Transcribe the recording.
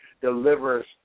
delivers